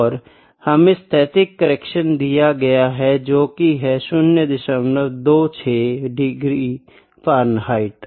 और हमे स्थैतिक करेक्शन दिया गया है जोकि है 026 डिग्री फ़ारेनहाइट